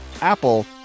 Apple